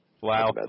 Wow